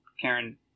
Karen